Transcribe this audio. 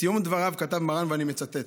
בסיום דבריו כתב מרן, ואני מצטט: